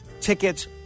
tickets